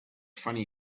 funny